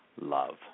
love